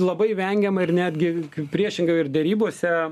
labai vengiama ir netgi priešingai ir derybose